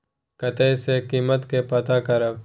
कतय सॅ कीमत के पता करब?